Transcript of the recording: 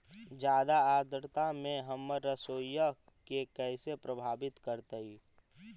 जादा आद्रता में हमर सरसोईय के कैसे प्रभावित करतई?